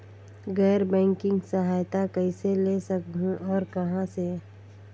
गैर बैंकिंग सहायता कइसे ले सकहुं और कहाँ से?